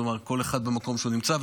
כלומר כל אחד במקום שהוא נמצא,